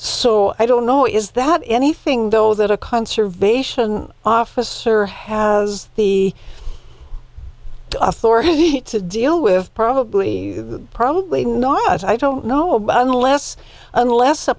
so i don't know is that anything though that a conservation officer has the authority to deal with probably probably not i don't know about unless unless